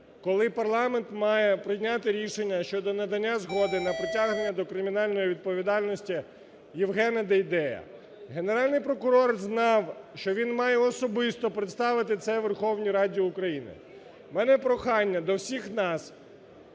коли парламент має прийняти рішення щодо надання згоди на притягнення до кримінальної відповідальності Євгена Дейдея. Генеральний прокурор знав, що він має особисто представити це Верховній Раді України. У мене прохання до всіх нас